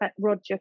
Roger